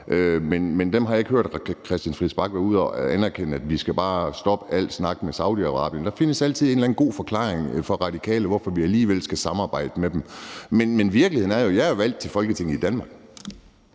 men der har jeg ikke hørt hr. Christian Friis Bach være ude at anerkende, at vi bare skal stoppe al snak med Saudi-Arabien. Der findes altid en eller anden god forklaring fra Radikale på, hvorfor vi alligevel skal samarbejde med dem. Men virkeligheden er jo, at jeg er valgt til Folketinget i Danmark,